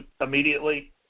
immediately